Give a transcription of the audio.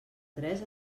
tres